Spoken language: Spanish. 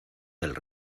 del